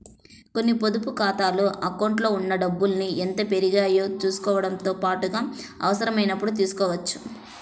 కొన్ని పొదుపు ఖాతాల అకౌంట్లలో ఉన్న డబ్బుల్ని ఎంత పెరిగాయో చూసుకోవడంతో పాటుగా అవసరమైనప్పుడు తీసుకోవచ్చు